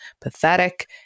pathetic